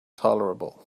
tolerable